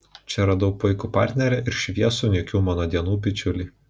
čia radau puikų partnerį ir šviesų niūkių mano dienų bičiulį